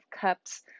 cups